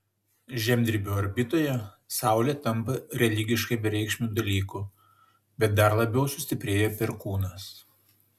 žemdirbio orbitoje saulė tampa religiškai bereikšmiu dalyku bet dar labiau sustiprėja perkūnas